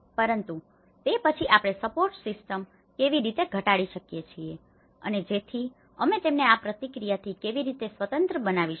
પરંતુ તે પછી આપણે સપોર્ટ સિસ્ટમ કેવી રીતે ઘટાડી શકીએ છીએ અને જેથી અમે તેમને આ પ્રક્રિયાથી કેવી રીતે સ્વતંત્ર બનાવી શકીએ